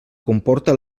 comporta